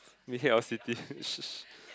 I mean head of city